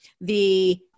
the-